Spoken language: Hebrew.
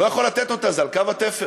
לא יכול לתת אותה, זה על קו התפר.